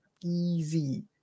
Easy